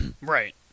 right